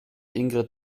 ingrid